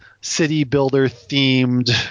city-builder-themed –